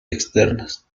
externas